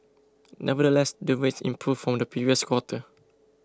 nevertheless the rates improved from the previous quarter